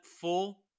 full